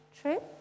True